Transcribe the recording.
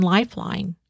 Lifeline